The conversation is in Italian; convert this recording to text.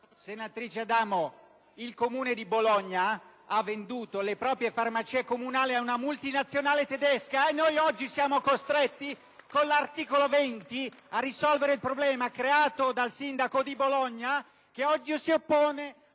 c'entra? MAZZATORTA *(LNP)*. ...ha venduto le proprie farmacie comunali ad una multinazionale tedesca. E noi oggi siamo costretti, con l'articolo 20, a risolvere il problema creato dal sindaco di Bologna, che oggi si oppone...